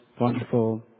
wonderful